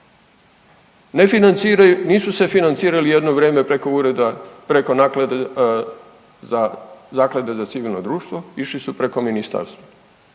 nisu se financirali jedno vrijeme preko ureda, preko naklade za, Zaklade za civilno društvo, išli su preko Ministarstva.